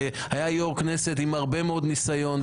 והיה יושב-ראש כנסת עם הרבה מאוד ניסיון.